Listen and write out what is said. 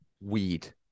weed